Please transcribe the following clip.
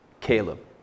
Caleb